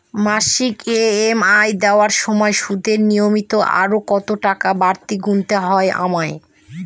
মাসিক ই.এম.আই দেওয়ার সময়ে সুদের নিমিত্ত আরো কতটাকা বাড়তি গুণতে হবে আমায়?